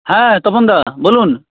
হ্যাঁ তপনদা বলুন